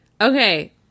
Okay